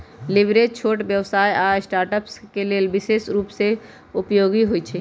leverage छोट व्यवसाय आऽ स्टार्टअप्स के लेल विशेष रूप से उपयोगी होइ छइ